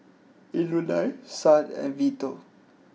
Eulalia Son and Vito